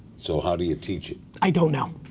so how do you teach it? i don't know.